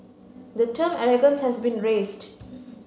the term arrogance has been raised